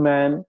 Man